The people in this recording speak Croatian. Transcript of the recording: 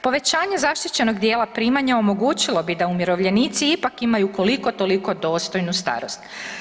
Povećanje zaštićenog dijela primanja omogućilo bi da umirovljenici ipak imaju koliko toliko dostojnu starost.